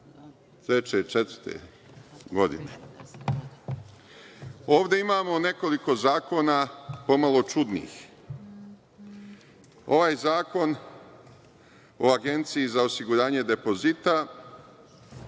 od 2003–2004. godine. Ovde imamo nekoliko zakona po malo čudnih. Ovaj zakon o Agenciji za osiguranje depozita